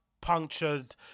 punctured